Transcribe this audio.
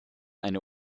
eine